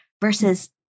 versus